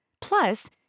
Plus